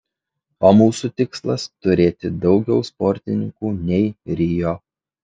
o mūsų tikslas turėti daugiau sportininkų nei rio